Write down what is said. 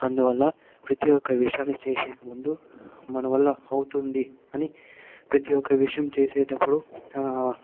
అందువల్ల ప్రతి ఒక్క విషయాన్ని చేసే ముందు మన వల్ల అవుతుంది అని ప్రతి ఒక్క విషయం చేసేటప్పుడు ఆ